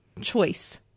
choice